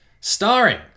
Starring